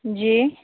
जी